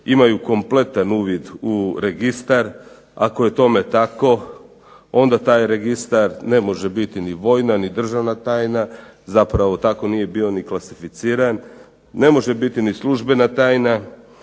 imaju kompletan uvid u registar, ako je tome tako onda taj registar ne može biti ni vojna ni državna tajna, zapravo tako nije bio ni klasificiran. Ne može biti ni službena tajna,